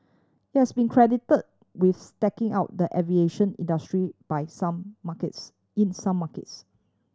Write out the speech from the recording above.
it has been credit with stacking out the aviation industry by some markets in some markets